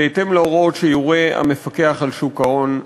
בהתאם להוראות שיורה המפקח על שוק ההון,